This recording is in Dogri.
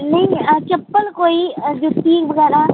नेईं चप्पल कोई जुत्ती बगैरा